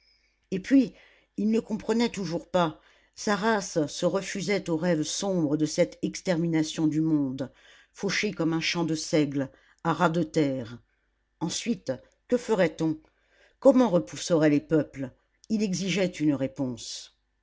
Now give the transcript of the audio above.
et puis il ne comprenait toujours pas sa race se refusait au rêve sombre de cette extermination du monde fauché comme un champ de seigle à ras de terre ensuite que ferait-on comment repousseraient les peuples il exigeait une réponse